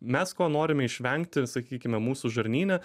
mes ko norime išvengti sakykime mūsų žarnyne